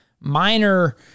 minor